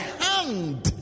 hand